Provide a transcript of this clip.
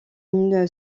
une